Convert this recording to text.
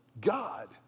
God